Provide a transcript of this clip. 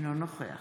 אינו נוכח